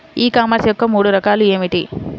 ఈ కామర్స్ యొక్క మూడు రకాలు ఏమిటి?